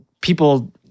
people